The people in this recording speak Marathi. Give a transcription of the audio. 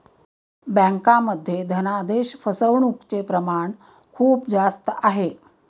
बँकांमध्ये धनादेश फसवणूकचे प्रमाण खूप जास्त आहे